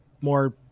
more